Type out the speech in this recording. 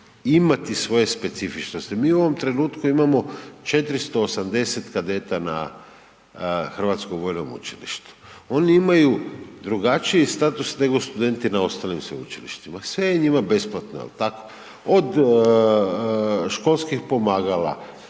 imati svoje specifičnosti. Mi u ovom trenutku imamo 480 kadeta na Hrvatskom vojnom učilištu, oni imaju drugačiji status nego studenti na ostalim sveučilištima, sve je njima besplatno, jel tako ? Od školskih pomagala,